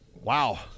Wow